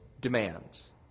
demands